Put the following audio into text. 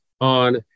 on